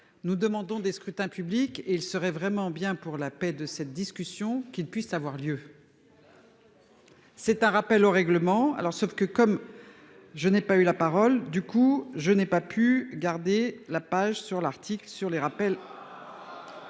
nous demandons des scrutins publics et il serait vraiment bien pour la paix de cette discussion qu'il puisse avoir lieu. C'est un rappel au règlement. Alors sauf que comme. Je n'ai pas eu la parole du coup je n'ai pas pu garder la page sur l'Arctique sur les rappels.